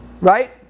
Right